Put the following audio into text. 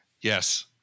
Yes